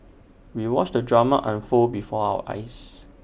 we watched the drama unfold before our eyes